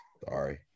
Sorry